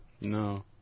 No